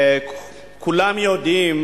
כולם יודעים